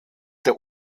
der